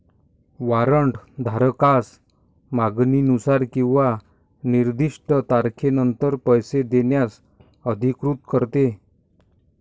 warrant धारकास मागणीनुसार किंवा निर्दिष्ट तारखेनंतर पैसे देण्यास अधिकृत करते